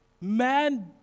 Man